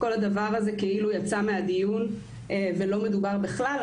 כל הדבר הזה כאילו יצא מהדיון ולא מדובר בכלל,